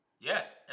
Yes